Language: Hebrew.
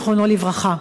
זיכרונו לברכה.